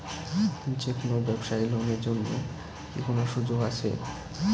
যে কোনো ব্যবসায়ী লোন এর জন্যে কি কোনো সুযোগ আসে?